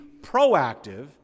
proactive